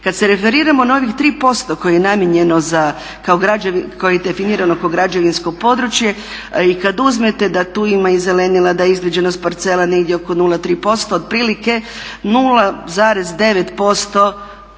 Kad se referiramo na ovih 3% koje je definirano kao građevinsko područje i kad uzmete da tu ima i zelenila, da je izgrađenost parcela negdje oko 0,3% otprilike 0,9%